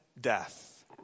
death